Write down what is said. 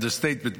אנדרסטייטמנט,